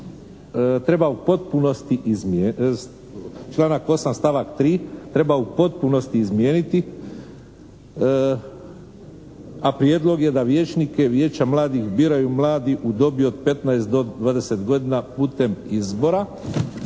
treba u potpunosti izmijeniti a prijedlog je da vijećnike vijeća mladih biraju mladi u dobi od petnaest do dvadeset godina putem izbora